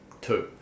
Two